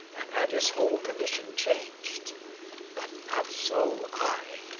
and had his whole condition changed but not so i.